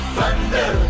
Thunder